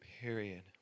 Period